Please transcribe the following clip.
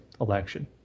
election